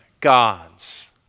God's